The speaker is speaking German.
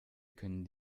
können